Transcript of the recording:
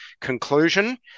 conclusion